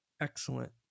Excellent